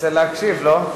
רוצה להקשיב, לא?